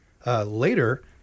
Later